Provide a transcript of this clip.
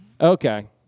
Okay